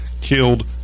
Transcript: killed